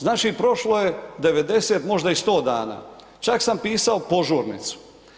Znači prošlo je 90 možda i 100 dana, čak sam pisao požurnicu.